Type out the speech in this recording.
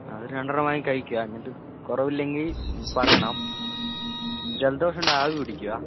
അതൊരു രണ്ടെണ്ണം വാങ്ങി കഴിക്കുക എന്നിട്ട് കുറവില്ലെങ്കിൽ പറയണം ജലദോഷമുണ്ടെങ്കിൽ ആവി പിടിക്കുക